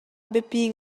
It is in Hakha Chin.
biapi